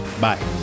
Bye